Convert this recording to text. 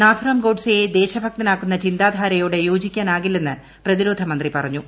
നാഥുറാം ഗോഡ്സെള്ളു ദേശഭക്തനാക്കുന്ന ചിന്താധാരയോട് യോജിക്കാനാകില്ലെന്ന് പ്രതിരോധ മന്ത്രി പറഞ്ഞു